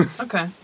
Okay